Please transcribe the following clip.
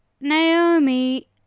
Naomi